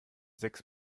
sechs